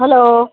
hello